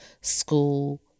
school